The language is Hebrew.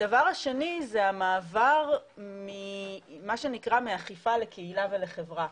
הדבר השני הוא המעבר מה שנקרא מאכיפה לקהילה ולחברה,